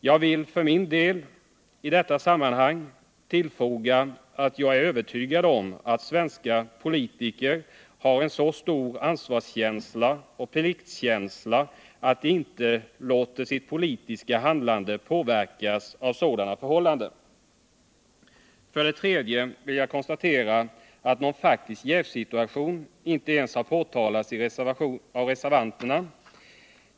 Jag vill för min del i detta sammanhang tillfoga, att jag är övertygad om att svenska politiker har så stor ansvarsoch pliktkänsla att de inte låter sitt politiska handlande påverkas av sådana förhållanden. För det tredje vill jag konstatera att någon faktisk jävssituation inte har påtalats ens av reservanterna.